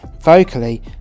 vocally